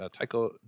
Taiko